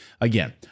again